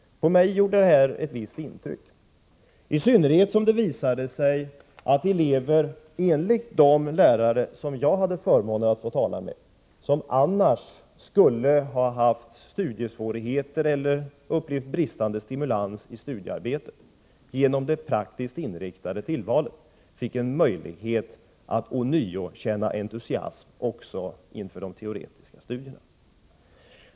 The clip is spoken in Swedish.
På mig gjorde detta ett visst intryck, i synnerhet som det, enligt de lärare som jag hade förmånen att få tala med, hade visat sig att elever som annars skulle ha haft studiesvårigheter eller som skulle ha upplevt bristande stimulans i studiearbetet, nu genom det praktiskt inriktade tillvalet fick en möjlighet att ånyo känna entusiasm också inför de teoretiska studierna.